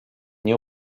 nie